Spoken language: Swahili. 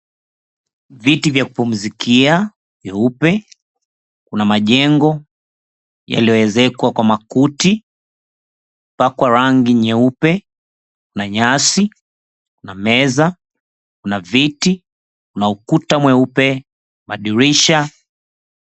Viti vya kupumzikia nyeupe. Kuna majengo yaliyoezekwa kwa makuti, kupakwa rangi nyeupe na nyasi na meza. Kuna viti, kuna ukuta mweupe, madirisha.